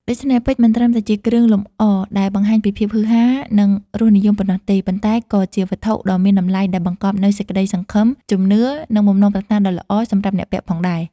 ដូច្នេះ ពេជ្រមិនត្រឹមតែជាគ្រឿងលម្អដែលបង្ហាញពីភាពហ៊ឺហា និងរសនិយមប៉ុណ្ណោះទេ ប៉ុន្តែក៏ជាវត្ថុដ៏មានតម្លៃដែលបង្កប់នូវសេចក្ដីសង្ឃឹម ជំនឿ និងបំណងប្រាថ្នាដ៏ល្អសម្រាប់អ្នកពាក់ផងដែរ។